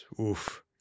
oof